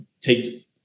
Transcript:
take